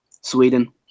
Sweden